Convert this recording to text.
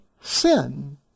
sin